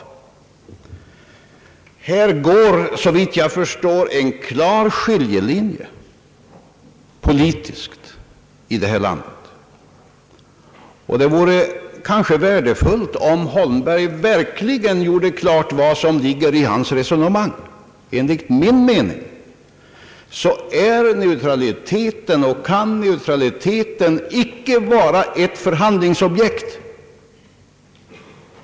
Här går, såvitt jag förstår, en klar politisk skiljelinje i vårt land. Det vore kanske värdefullt, om herr Holmberg verkligen gjorde klart vad som ligger i hans resonemang. Enligt min mening är neutraliteten och kan neutraliteten icke vara ett förhandlingsobjekt.